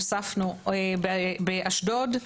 הוספנו באשדוד,